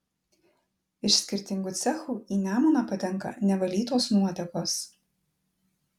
iš skirtingų cechų į nemuną patenka nevalytos nuotekos